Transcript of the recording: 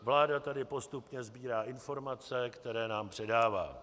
Vláda tady postupně sbírá informace, které nám předává.